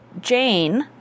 Jane